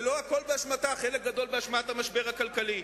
ולא הכול באשמתה, חלק גדול באשמת המשבר הכלכלי,